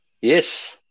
Yes